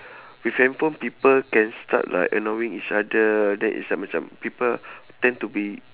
with handphone people can start like annoying each other that is uh macam people tend to be